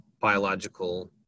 biological